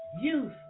Youth